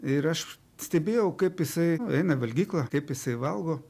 ir aš stebėjau kaip jisai eina į valgyklą kaip jisai valgo